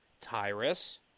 Tyrus